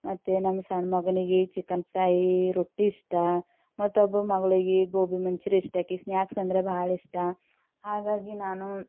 ಮತ್ತೆ ನನ್ನ ಸಣ್ಣ ಮಗನಿಗೆ ಚಿಕನ್ ಫ್ರೈ ರೊಟ್ಟಿ ಇಷ್ಟ ಮತ್ತೆ ಒಬ್ಬ ಮಗಳಿಗೆ ಗೋಬಿಮಂಚೂರಿ ಇಷ್ಟ ಆಕಿಗೆ ಸ್ನಾಕ್ಸ್ ಅಂದರೆ ಬಹಳ ಇಷ್ಟ ಹಾಗಾಗಿ ನಾನು